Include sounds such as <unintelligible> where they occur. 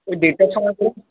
ওই দেড়টার সময় <unintelligible>